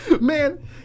Man